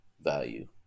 value